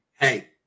hey